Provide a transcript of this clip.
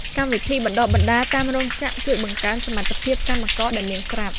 កម្មវិធីបណ្ដុះបណ្ដាលតាមរោងចក្រជួយបង្កើនសមត្ថភាពកម្មករដែលមានស្រាប់។